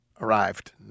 Arrived